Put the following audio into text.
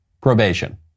probation